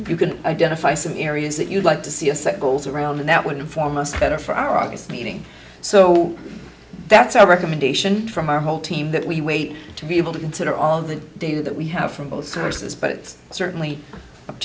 you can identify some areas that you'd like to see a set goals around that wouldn't foremost better for our august meeting so that's a recommendation from our whole team that we wait to be able to consider all of the data that we have from both sources but certainly up